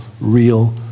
real